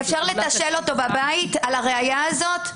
אפשר לתשאל אותו בבית על הראיה הזאת?